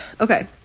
Okay